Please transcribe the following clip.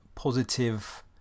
positive